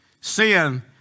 sin